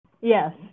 yes